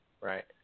right